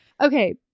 Okay